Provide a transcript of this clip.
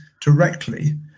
directly